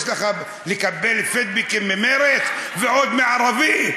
יש לך, לקבל פידבקים ממרצ, ועוד מערבי?